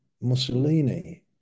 Mussolini